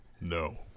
No